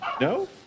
No